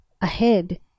ahead